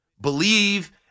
Believe